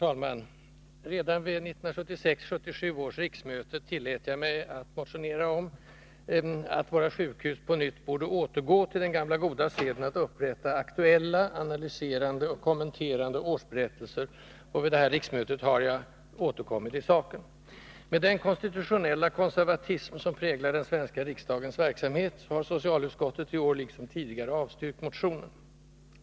Herr talman! Redan vid 1976/77 års riksmöte tillät jag mig att motionera om att våra sjukhus borde återgå till den gamla goda seden att upprätta aktuella, analyserande och kommenterande årsberättelser, och vid detta riksmöte har jag återkommit i saken. Med den konstitutionella konservatism som präglar den svenska riksdagens verksamhet har socialutskottet i år liksom tidigare avstyrkt motionen.